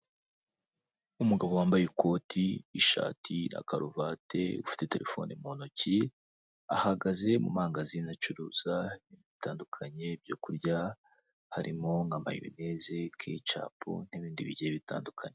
Umugabo wambaye ikoti, ishati na karuvati ufite terefone mu ntoki, ahagaze mu mangazine acuruza ibintu bitandukanye byo kurya, harimo nka mayoneze, kecapu n'ibindi bigiye bitandukanye.